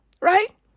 Right